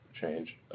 change